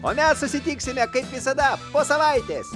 o mes susitiksime kaip visada po savaitės